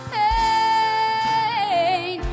pain